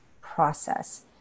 process